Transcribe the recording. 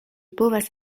povas